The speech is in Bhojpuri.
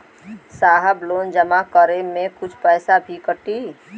साहब लोन जमा करें में कुछ पैसा भी कटी?